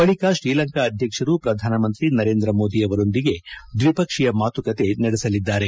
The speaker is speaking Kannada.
ಬಳಿಕ ಶ್ರೀಲಂಕಾ ಅಧ್ಯಕ್ಷರು ಪ್ರಧಾನಮಂತ್ರಿ ನರೇಂದ್ರ ಮೋದಿ ಅವರೊಂದಿಗೆ ದ್ವಿಪಕ್ಷೀಯ ಮಾತುಕತೆ ನಡೆಸಲಿದ್ದಾರೆ